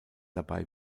dabei